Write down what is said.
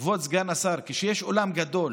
כבוד סגן השר, כשיש אולם גדול,